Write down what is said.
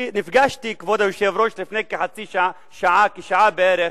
כבוד היושב-ראש, לפני כחצי שעה, שעה בערך,